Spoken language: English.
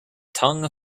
tongue